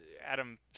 Adam